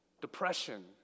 depression